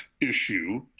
issue